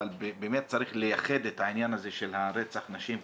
אבל באמת צריך לייחד את העניין הזה של רצח נשים,